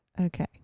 Okay